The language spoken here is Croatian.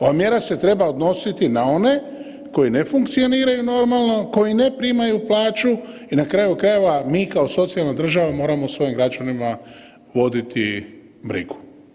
Ova mjera se treba odnositi na one koji ne funkcioniraju normalno, koji ne primaju plaću i na kraju krajeva mi kao socijalna država moramo o svojim građanima voditi brigu.